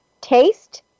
taste